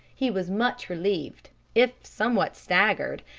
he was much relieved, if somewhat staggered,